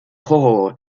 horror